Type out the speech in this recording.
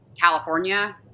California